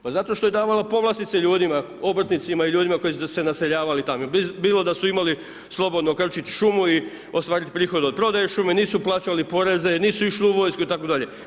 Pa zato što je davala povlastice ljudima, obrtnicima i ljudima koji su naseljavali tamo, bilo da su imali slobodno krčit šumu i ostvarit prihod od prodaje šume, nisu plaćali poreze, nisu išli u vojsku i tako dalje.